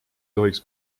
tohiks